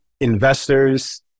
investors